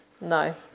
No